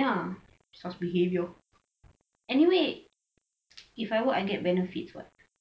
ya sus behaviour anyway if I work I get benefits [what]